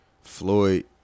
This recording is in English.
Floyd